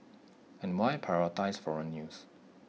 and why prioritise foreign news